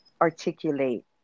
articulate